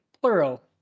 Plural